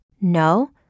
No